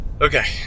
Okay